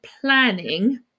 planning